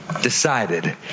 decided